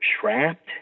trapped